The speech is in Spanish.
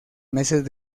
meses